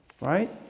Right